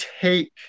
take